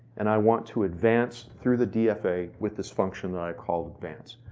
and i want to advance through the dfa with this function that i called advance,